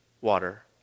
water